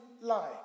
lie